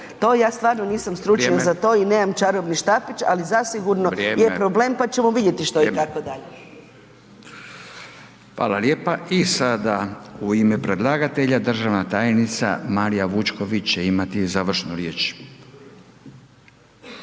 to ja stvarno nisam stručnjak za to i nemam čarobni štapić ali zasigurno je problem pa ćemo vidjeti što je itd. **Radin, Furio (Nezavisni)** Vrijeme, vrijeme. Fala lijepa, i sada u ime predlagatelja, državna tajnica Marija Vučković će imati završnu riječ.